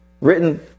written